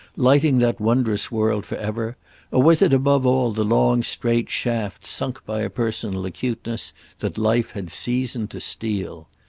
lighting that wondrous world for ever, or was it above all the long straight shaft sunk by a personal acuteness that life had seasoned to steel?